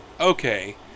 okay